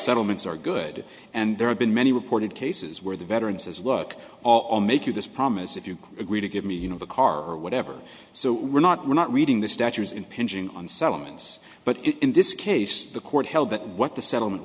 settlements are good and there have been many reported cases where the veterans as look all make you this promise if you agree to give me you know the car or whatever so we're not we're not reading the statue's impinging on settlements but in this case the court held that what the settlement